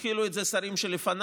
התחילו את זה שרים לפניי,